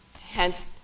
hence